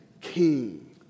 king